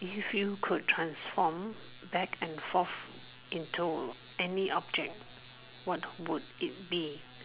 if you could transform back and forth into any object what would it be